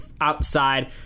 outside